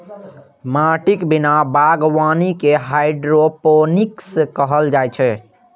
माटिक बिना बागवानी कें हाइड्रोपोनिक्स कहल जाइ छै